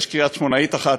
יש קריית-שמונאית אחת,